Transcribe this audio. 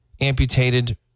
amputated